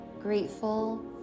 grateful